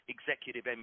Executive